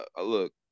Look